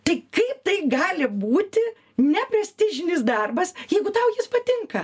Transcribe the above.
tai kaip tai gali būti neprestižini darbas jeigu tau jis patinka